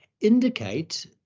indicate